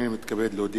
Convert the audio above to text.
הנני מתכבד להודיע,